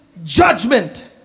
Judgment